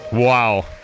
Wow